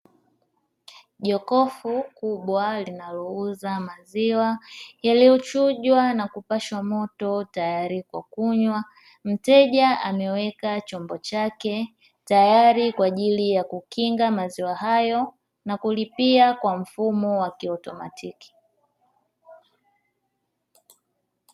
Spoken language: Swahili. Jokofu kubwa linalouza maziwa yaliyochujwa na kupashwa moto tayari kwa kunywa, mteja ameweka chombo chake tayari kwa ajili ya kukinga maziwa hayo na kulipia kwa mfumo wa kioutomatiki.